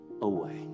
away